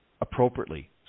appropriately